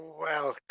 Welcome